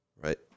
right